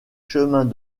chemins